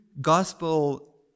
gospel